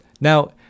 Now